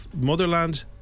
Motherland